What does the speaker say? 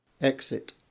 Exit